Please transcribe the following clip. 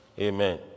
Amen